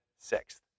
sixth